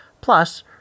Plus